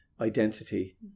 identity